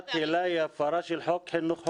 שסגירת היל"ה היא הפרה של חוק חינוך חובה.